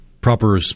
proper